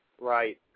Right